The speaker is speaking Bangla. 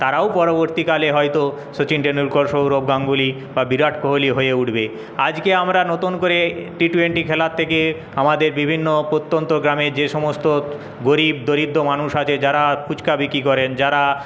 তারাও পরবর্তীকালে হয়তো শচীন তেন্ডুলকর সৌরভ গাঙ্গুলী বা বিরাট কোহলী হয়ে উঠবে আজকে আমরা নতুন করে টি টোয়েন্টি খেলার থেকে আমাদের বিভিন্ন প্রত্যন্ত গ্রামে যে সমস্ত গরীব দরিদ্র মানুষ আছে যারা ফুচকা বিক্রি করেন যারা